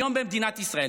היום במדינת ישראל,